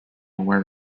aware